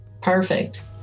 Perfect